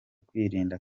kwirinda